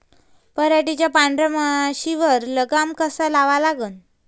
पराटीवरच्या पांढऱ्या माशीवर लगाम कसा लावा लागन?